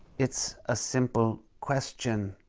it's a simple question.